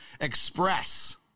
Express